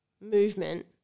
movement